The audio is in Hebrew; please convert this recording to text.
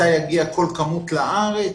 מתי תגיע כל כמות לארץ,